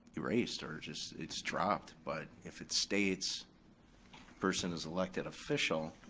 erased, or just it's dropped. but if it states person is elected official,